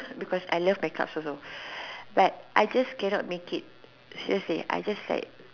because I love my cups also like I just cannot make it seriously I just like